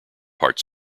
part